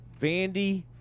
vandy